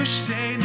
stay